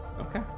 Okay